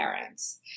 parents